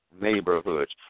neighborhoods